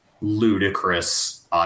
ludicrous